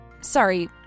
Sorry